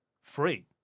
free